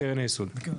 וקרן היסוד.